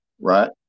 right